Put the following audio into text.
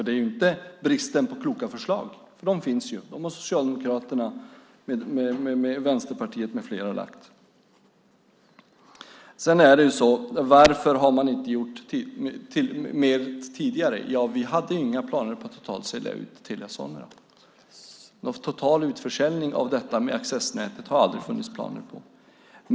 Det är ju inte en brist på kloka förslag som hindrar dig - sådana har Socialdemokraterna, Vänsterpartiet med flera lagt fram. Varför gjordes inte mer tidigare? Vi hade inga planer på en total utförsäljning av Telia Sonera, och någon total utförsäljning av accessnätet har det aldrig funnits några planer på.